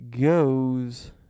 Goes